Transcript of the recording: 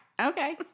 okay